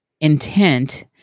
intent